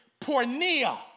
pornea